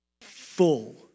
full